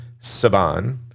Saban